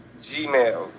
gmail